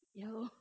ya lor